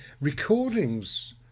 recordings